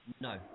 No